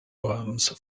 worms